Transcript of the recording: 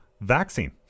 vaccine